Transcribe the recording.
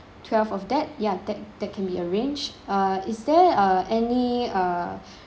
twelve of that ya that that can be arranged uh is there uh any uh